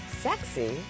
sexy